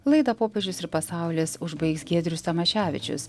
laida popiežius ir pasaulis užbaigs giedrius tamaševičius